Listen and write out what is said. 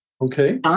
Okay